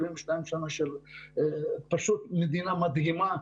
וזו באמת מדינה מדהימה,